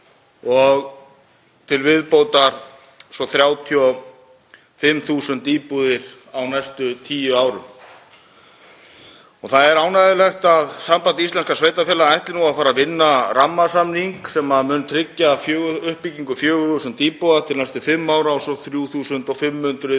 og til viðbótar svo 35.000 íbúðir á næstu tíu árum. Það er ánægjulegt að Samband íslenskra sveitarfélaga ætli að fara að vinna rammasamning sem mun tryggja uppbyggingu 4.000 íbúða til næstu fimm ára og svo 3.500 íbúðir